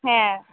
ᱦᱮᱸ